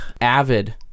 Avid